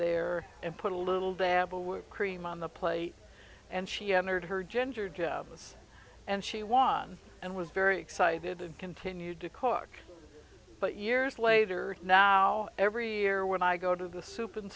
there and put a little dab cream on the plate and she entered her ginger jebus and she won and was very excited and continued to cook but years later now every year when i go to the soup and